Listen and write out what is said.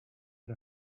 out